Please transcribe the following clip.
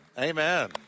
Amen